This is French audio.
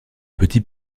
petit